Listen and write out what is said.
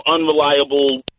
unreliable